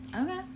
Okay